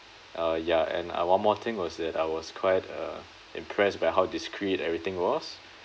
uh ya and uh one more thing was that I was quite uh impressed by how discrete everything was